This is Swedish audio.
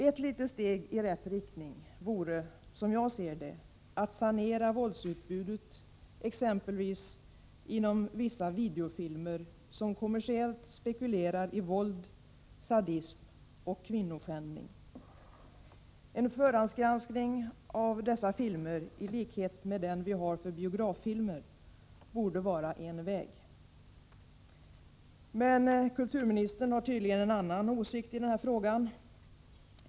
Ett litet steg i rätt riktning vore, som jag ser det, att sanera våldsutbudet exempelvis i vissa videofilmer, som kommersiellt spekulerar i våld, sadism och kvinnoskändning. En förhandsgranskning av dessa filmer i likhet med den vi har för biograffilmer borde vara en väg. Men kulturministern har tydligen en annan åsikt i denna fråga.